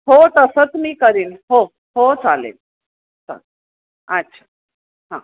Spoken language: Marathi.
हो तसंच मी करेन हो हो चालेल चा अच्छा हां